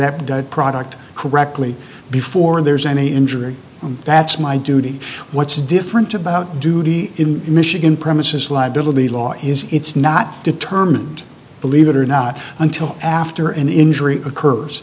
project the product correctly before there's any injury that's my duty what's different about duty in michigan premises liability law is it's not determined believe it or not until after an injury occurs